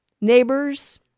neighbors